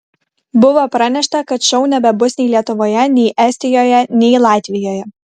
buvo pranešta kad šou nebebus nei lietuvoje nei estijoje nei latvijoje